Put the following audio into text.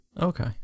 Okay